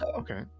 Okay